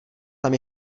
tam